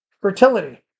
fertility